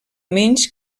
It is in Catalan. menys